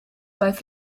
both